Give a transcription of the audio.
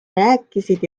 rääkisid